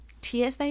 TSA